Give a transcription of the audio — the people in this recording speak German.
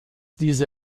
diese